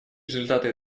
результаты